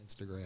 Instagram